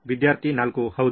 ವಿದ್ಯಾರ್ಥಿ 4 ಹೌದು